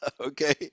okay